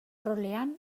rolean